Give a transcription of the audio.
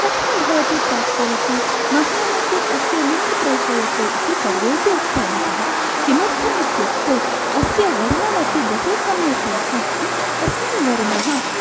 कथं भवती प्राप्तवती मह्यमपि अस्य लिङ्क् प्रेषयतु इति सर्वेऽपि उक्तवन्तः किमर्थम् इत्युक्ते अस्य वर्णमपि बहु सम्यक् आसीत् अस्मिन् वर्णः